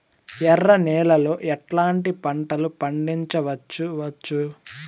ఎర్ర నేలలో ఎట్లాంటి పంట లు పండించవచ్చు వచ్చు?